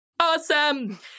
Awesome